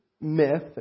myth